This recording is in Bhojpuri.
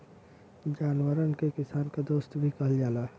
जानवरन के किसान क दोस्त भी कहल जाला